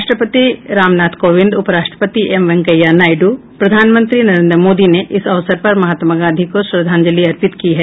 राष्ट्रपति रामनाथ कोविंद उपराष्ट्रपति एम वेंकैया नायडू प्रधानमंत्री नरेंद्र मोदी ने इस अवसर पर महात्मा गांधी को श्रद्धांजलि अर्पित की है